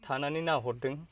थानानै नायहरदों